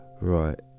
Right